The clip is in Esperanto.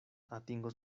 atingos